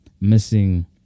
missing